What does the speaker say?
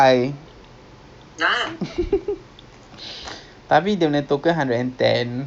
tapi nak pergi pukul berapa tu kalau saturday malam sangat nanti kena macam rush